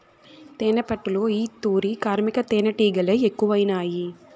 తేనెపట్టులో ఈ తూరి కార్మిక తేనీటిగలె ఎక్కువైనాయి